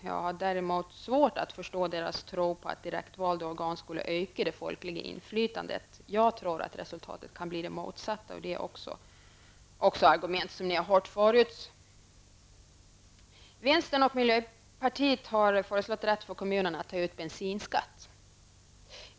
Jag har däremot svårt att förstå dem som tror att direktvalda organ skulle öka det folkliga inflytandet. Jag tror att resultatet kan bli det motsatta -- det är också ett argument som ni har hört förut. Vänstern och miljöpartiet har föreslagit rätt för kommunerna att ta ut bensinskatt.